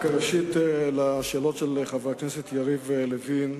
ראשית, לשאלות של חבר הכנסת יריב לוין.